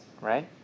right